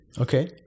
okay